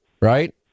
Right